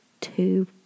two